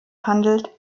handelt